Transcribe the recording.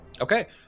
okay